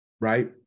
right